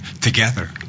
together